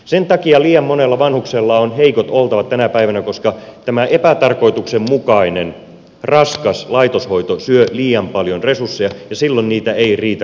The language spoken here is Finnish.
sen takia liian monella vanhuksella on heikot oltavat tänä päivänä että tämä epätarkoituksenmukainen raskas laitoshoito syö liian paljon resursseja ja silloin niitä ei riitä kotipalveluun